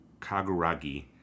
Kaguragi